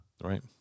Right